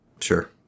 Sure